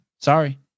Sorry